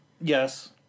Yes